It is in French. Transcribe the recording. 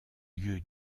lieu